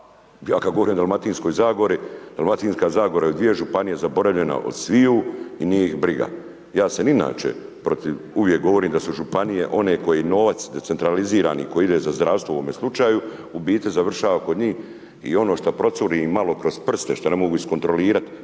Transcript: a kad govorim o Dalmatinskoj zagori, Dalmatinska zagora je u dvije županije zaboravljena od sviju i nije ih briga. Ja sam inače protiv, uvijek govorim da su županije one koje novac decentralizirani koji ide za zdravstvo u ovome slučaju, u biti završava kod njih i ono što procuri im malo kroz prste, što ne mogu iskontrolirati,